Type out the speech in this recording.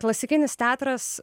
klasikinis teatras